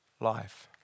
life